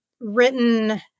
written